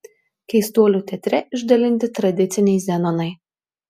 keistuolių teatre išdalinti tradiciniai zenonai